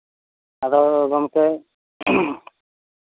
ᱟᱫᱚ ᱜᱚᱢᱠᱮ